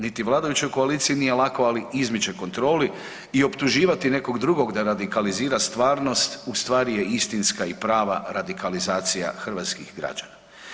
Niti vladajućoj koaliciji nije lako, ali izmiče kontroli i optuživati nekog drugog da radikalizira stvarnost u stvari je istinska i prava radikalizacija hrvatskih građana.